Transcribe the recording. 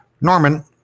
Norman